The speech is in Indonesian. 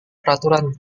peraturan